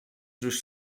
through